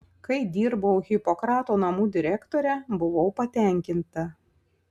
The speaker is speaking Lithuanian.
kai dirbau hipokrato namų direktore buvau patenkinta